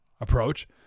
approach